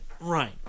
Right